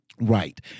Right